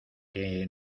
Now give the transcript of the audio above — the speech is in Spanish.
que